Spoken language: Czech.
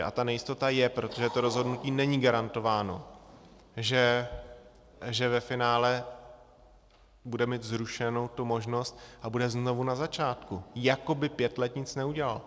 A ta nejistota je, protože to rozhodnutí není garantováno, že ve finále bude mít zrušenu tu možnost, a bude znovu na začátku, jako by pět let nic neudělal.